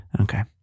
Okay